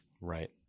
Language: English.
Right